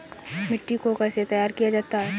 मिट्टी को कैसे तैयार किया जाता है?